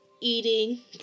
eating